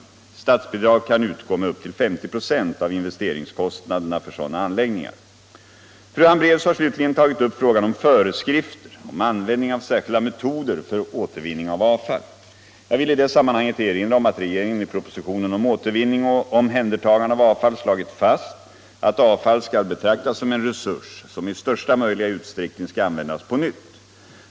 Statsbidrag kan utgå med upp till 50 96 av investeringskostnaderna för sådana anläggningar. Fru Hambraeus har slutligen tagit upp frågan om föreskrifter om användning av särskilda metoder för återvinning av avfall. Jag vill i det sammanhanget erinra om att regeringen i propositionen om återvinning och omhändertagande av avfall slagit fast att avfall skall betraktas som en resurs som i största möjliga utsträckning skall användas på nytt.